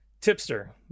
Tipster